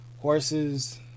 horses